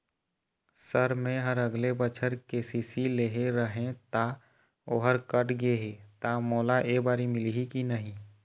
Sir मेहर अगले बछर के.सी.सी लेहे रहें ता ओहर कट गे हे ता मोला एबारी मिलही की नहीं?